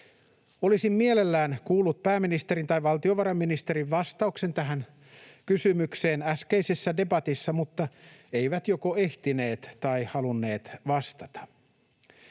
Olisin mielelläni kuullut pääministerin tai valtiovarainministerin vastauksen tähän kysymykseen äskeisessä debatissa, mutta eivät joko ehtineet tai halunneet vastata.